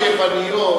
הנשים היווניות,